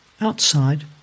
Outside